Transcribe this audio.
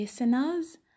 listeners